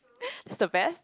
that's the best